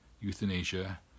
euthanasia